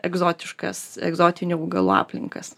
egzotiškas egzotinių augalų aplinkas